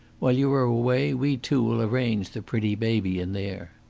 while you are away we two will arrange the pretty baby in there.